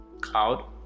Cloud